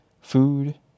food